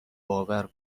باور